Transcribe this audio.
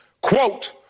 quote